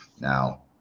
Now